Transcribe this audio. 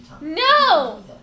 No